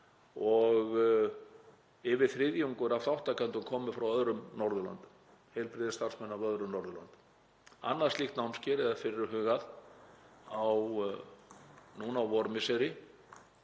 og yfir þriðjungur af þátttakendum hafi komið frá öðrum Norðurlöndum, heilbrigðisstarfsmenn af öðrum Norðurlöndum. Annað slíkt námskeið er fyrirhugað núna á vormisseri